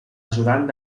ajudant